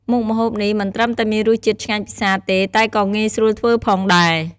មុខម្ហូបនេះមិនត្រឹមតែមានរសជាតិឆ្ងាញ់ពិសាទេ តែក៏ងាយស្រួលធ្វើផងដែរ។